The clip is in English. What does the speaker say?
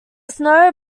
snow